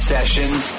Sessions